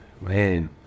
Man